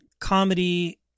comedy